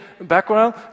background